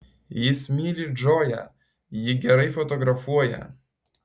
jis myli džoją ji gerai fotografuoja